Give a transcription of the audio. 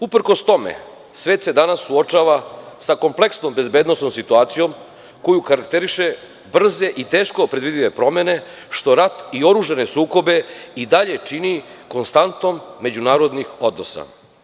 Uprkos tome, svet se danas suočava sa kompleksnom bezbednosnom situacijom koju karakteriše brze i teško predvidive promene, što rat i oružane sukobe i dalje čini konstatom međunarodnih odnosa.